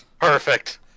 perfect